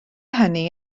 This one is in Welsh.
hynny